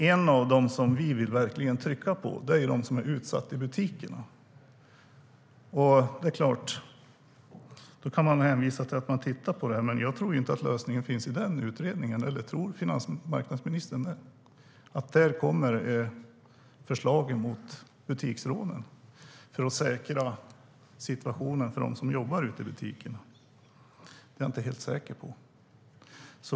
En grupp som vi verkligen vill trycka på är de som är utsatta i butikerna. Då kan man hänvisa till att det pågår en utredning, men jag tror inte att lösningen finns i utredningen. Tror finansmarknadsministern att där kommer förslag mot butiksrånen som säkrar situationen för dem som jobbar ute i butikerna? Det är inte jag helt säker på.